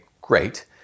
great